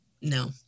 No